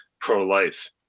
pro-life